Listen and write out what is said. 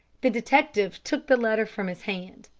the detective took the letter from his hand.